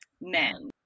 men